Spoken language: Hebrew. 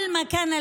כל מה שהיה